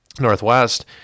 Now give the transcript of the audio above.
Northwest